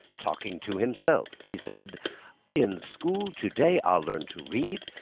talking to himself, he said in school today, i'll learn to read,